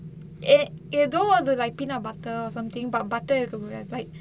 எ~ எதோ அது:e~ etho like peanut butter or something but butter இருக்குமுல:irukkumula